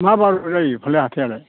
मा बाराव जायो फालाय हाथायालाय